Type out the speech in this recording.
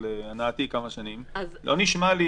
להנאתי כמה שנים, לא נשמע לי